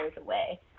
away